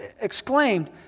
exclaimed